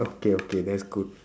okay okay that's good